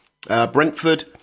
Brentford